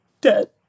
dead